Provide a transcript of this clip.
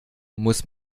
muss